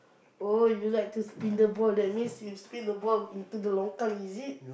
oh you like to spin the ball that means you spin the ball into the longkang is it